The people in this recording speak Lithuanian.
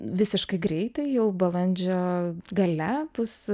visiškai greitai jau balandžio gale bus